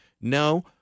No